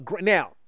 now